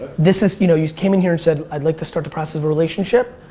this is, you know you came in here and said, i'd like to start the process of a relationship,